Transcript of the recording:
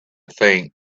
think